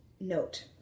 note